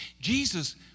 Jesus